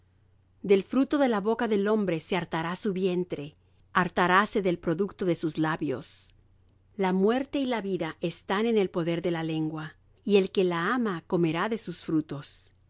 del fruto de la boca del hombre se hartará su vientre hartaráse del producto de sus labios la muerte y la vida están en poder de la lengua y el que la ama comerá de sus frutos